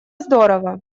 здорово